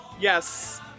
yes